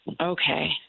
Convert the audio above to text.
Okay